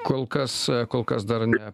kol kas kol kas dar ne